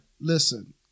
listen